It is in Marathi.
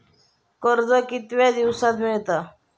कर्ज कितक्या दिवसात मेळता?